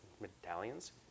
medallions